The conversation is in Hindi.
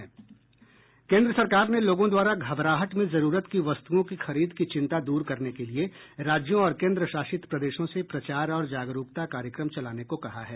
केन्द्र सरकार ने लोगों द्वारा घबराहट में जरूरत की वस्तुओं की खरीद की चिंता दूर करने के लिए राज्यों और केंद्र शासित प्रदेशों से प्रचार और जागरूकता कार्यक्रम चलाने को कहा है